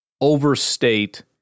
overstate